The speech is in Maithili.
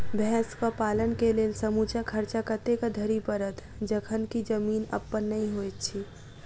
भैंसक पालन केँ लेल समूचा खर्चा कतेक धरि पड़त? जखन की जमीन अप्पन नै होइत छी